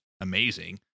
amazing